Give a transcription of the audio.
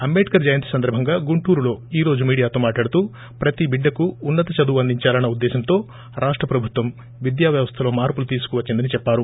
అంటేద్కర్ జయంతి సందర్భంగా గుటూరులో ఈరోజు మీడియాతో మాట్లాడుతూ ప్రత్ బిడ్డకు ఉన్నత చదువు అందించాలన్న ఉద్దేశంతో రాష్ట ప్రభుత్వం విద్యా వ్యవస్థలో మార్పులు తీసుకువచ్చిందని చెప్పారు